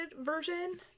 version